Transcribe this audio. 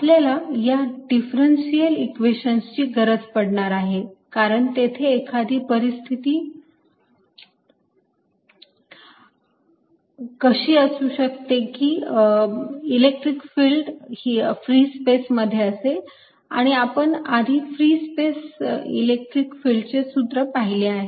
आपल्याला या differential equations ची गरज पडणार आहे कारण तेथे एखादी परिस्थिती कशी असू शकते की इलेक्ट्रिक फिल्ड फ्री स्पेस मध्ये असेल आपण या आधी फ्री स्पेस इलेक्ट्रिक फिल्डचे सूत्र पाहिले आहे